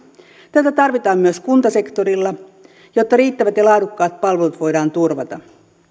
tätä tarvitaan myös kuntasektorilla jotta riittävät ja laadukkaat palvelut voidaan turvata